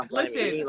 listen